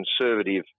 conservative